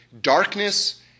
Darkness